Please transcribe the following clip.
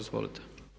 Izvolite.